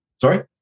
sorry